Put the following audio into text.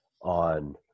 on